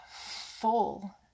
full